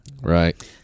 Right